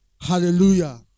Hallelujah